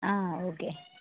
okay